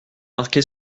marqué